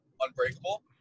unbreakable